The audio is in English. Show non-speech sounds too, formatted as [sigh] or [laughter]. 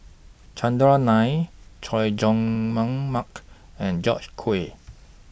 Chandran Nair Chay Jung [unintelligible] Mark and George Quek